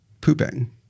pooping